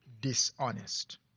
dishonest